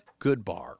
Goodbar